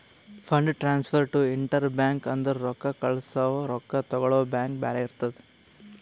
fund transfer to inter bank ಅಂದುರ್ ರೊಕ್ಕಾ ಕಳ್ಸವಾ ರೊಕ್ಕಾ ತಗೊಳವ್ ಬ್ಯಾಂಕ್ ಬ್ಯಾರೆ ಇರ್ತುದ್